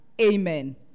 Amen